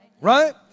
Right